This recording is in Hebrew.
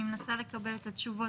אני מנסה לקבל את התשובות,